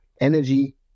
Energy